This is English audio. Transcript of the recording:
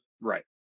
Right